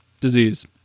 disease